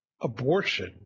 abortion